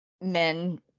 men